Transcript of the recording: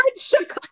Chicago